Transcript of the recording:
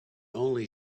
only